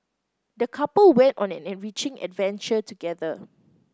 the couple went on an enriching adventure together